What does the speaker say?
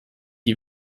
die